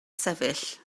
sefyll